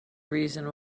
reason